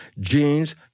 genes